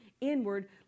inward